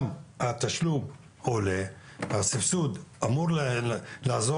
גם התשלום עולה והסבסוד אמור לעזור